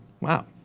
Wow